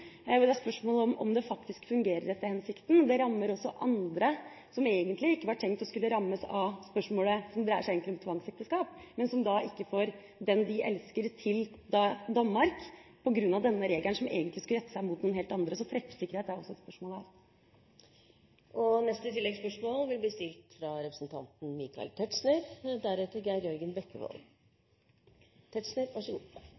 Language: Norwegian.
og «dem», hvor det er spørsmål om det faktisk fungerer etter hensikten. Det rammer også andre som egentlig ikke var tenkt å skulle rammes av spørsmålet – som egentlig dreier seg om tvangsekteskap. De får ikke den de elsker, til Danmark, på grunn av denne regelen som egentlig skulle rette seg mot noen helt andre. Så treffsikkerhet er også et spørsmål her.